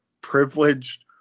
privileged